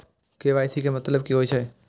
KYC के मतलब कि होई छै?